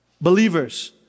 Believers